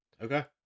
Okay